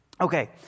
Okay